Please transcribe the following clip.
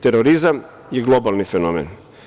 Terorizam je globalni fenomen.